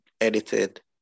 edited